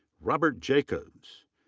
robert jacobs.